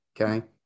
okay